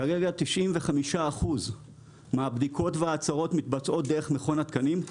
כרגע 95% מהבדיקות וההצהרות מתבצעות דרך מכון התקנים,